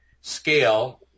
scale